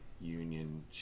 Union